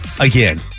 again